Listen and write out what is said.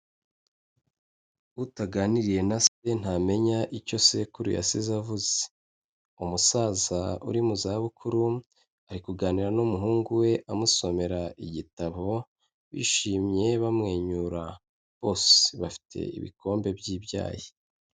Utaganiriye na se ntamenya icyo sekuru yasize avuze, umusaza uri mu zabukuru, ari kuganira n'umuhungu we amusomera igitabo, bishimye bamwenyura, bose bafite ibikombe by'ibyayi.